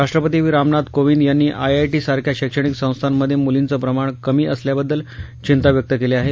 राष्ट्रपती रामनाथ कोविंद यांनी आयआयटीसारख्या शैक्षणिक संस्थांमध्ये मुलींचं प्रमाण कमी असल्याबद्दल चिंता व्यक्त केली आहे